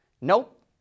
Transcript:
Nope